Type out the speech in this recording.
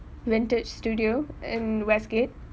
vintage studio and westgate